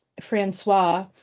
Francois